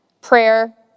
prayer